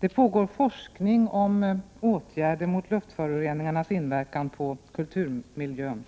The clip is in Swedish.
Det pågår forskning om åtgärder mot luftföroreningarnas inverkan på kulturmiljön,